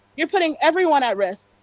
you are putting everyone at risk.